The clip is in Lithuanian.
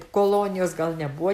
kolonijos gal nebuvo